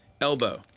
Elbow